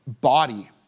body